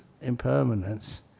impermanence